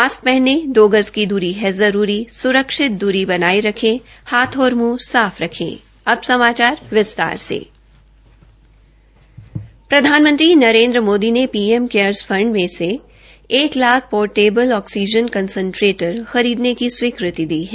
mask पहनें दो गज दूरी है जरूरी स्रक्षित दूरी बनाये रखें हाथ और मुंह साफ रखें प्रधानमंत्री नरेंद्र मोदी ने पीएम केयर्स फंड से एक लाख पोर्टेबल ऑक्सीजन कंसेंट्रेटर की खरीदने की स्वीकृति दी है